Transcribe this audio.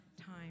time